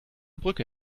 brücke